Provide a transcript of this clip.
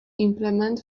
implement